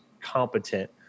competent